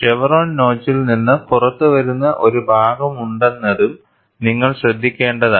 chevron നോച്ചിൽ നിന്ന് പുറത്തുവരുന്ന ഒരു ഭാഗമുണ്ടെന്നതും നിങ്ങൾ ശ്രദ്ധിക്കേണ്ടതാണ്